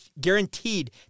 guaranteed